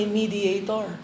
mediator